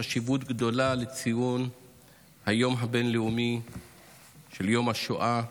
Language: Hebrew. חשיבות גדולה לציון היום הבין-לאומי לשואה.